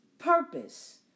purpose